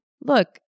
Look